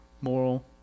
moral